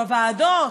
בוועדות,